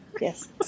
Yes